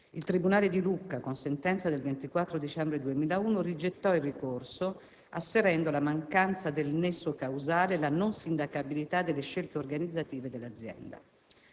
Il tribunale di Lucca, con sentenza del 24 dicembre 2001, rigettò il ricorso asserendo la mancanza del nesso causale e la non sindacabilità delle scelte organizzative dell'azienda.